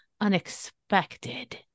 unexpected